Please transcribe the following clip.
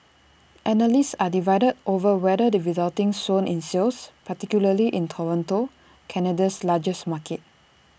analysts are divided over whether the resulting swoon in sales particularly in Toronto Canada's largest market